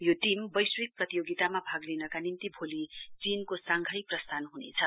यो टीम वैश्विक प्रत्योगितामा भाग लिनका निम्ति भोलि चीनको सांघाई प्रस्थान हुनेछ